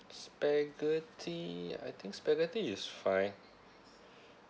spaghetti I think spaghetti is fine